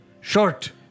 Short